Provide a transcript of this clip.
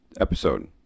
episode